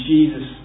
Jesus